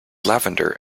lavender